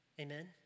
Amen